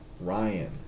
Ryan